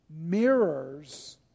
mirrors